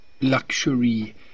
luxury